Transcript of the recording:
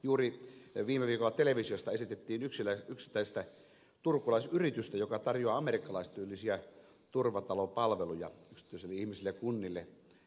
juuri viime viikolla televisiossa kerrottiin yksittäisestä turkulaisyrityksestä joka tarjoaa amerikkalaistyylisiä turvatalopalveluja yksityisille ihmisille ja kunnille